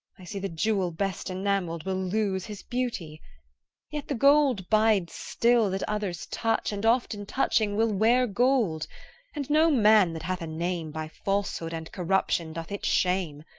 i see the jewel best enamelled will lose his beauty yet the gold bides still that others touch and, often touching, will where gold and no man that hath a name by falsehood and corruption doth it shame.